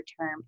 term